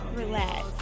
relax